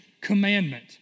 commandment